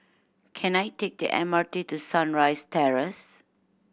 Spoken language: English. can I take the M R T to Sunrise Terrace